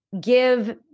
give